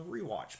rewatch